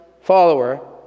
follower